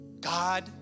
God